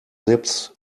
lips